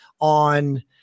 on